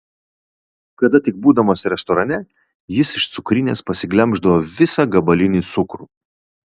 kada tik būdamas restorane jis iš cukrinės pasiglemždavo visą gabalinį cukrų